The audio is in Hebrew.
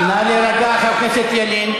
נא להירגע, חבר הכנסת ילין.